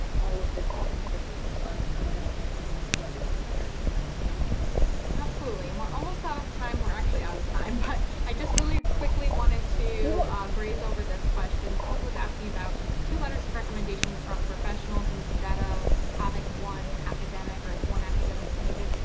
and all of this sort of contributes to our understanding of whether you're prepared for the program. emily absolutely. and we're almost out of time, we're actually out of time. but i just really quickly wanted to graze over this question. someone was asking about two letters of recommendation from professionals instead of having one academic or if one academic is needed.